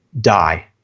die